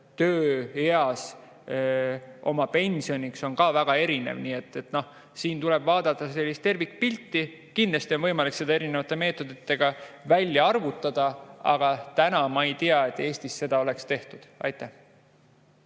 tööeas oma pensioniks on ka väga erinev. Siin tuleb vaadata tervikpilti. Kindlasti on võimalik seda mingite meetoditega välja arvutada, aga ma ei tea, et Eestis oleks seda tehtud. Aitäh!